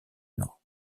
nord